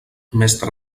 mestre